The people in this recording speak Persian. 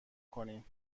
کنین